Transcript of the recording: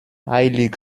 eilig